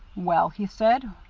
well, he said,